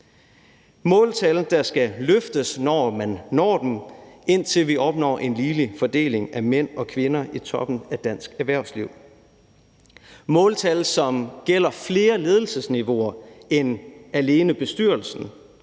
måltal, der skal overholdes, når man når dem, indtil vi opnår en ligelig fordeling af mænd og kvinder i toppen af dansk erhvervsliv; måltal, som gælder flere ledelsesniveauer end alene bestyrelsen,